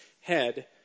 head